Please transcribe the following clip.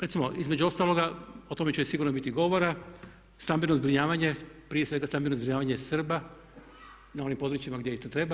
Recimo između ostaloga o tome će i sigurno biti govora stambeno zbrinjavanje, prije svega stambeno zbrinjavanje Srba na onim područjima gdje i to treba.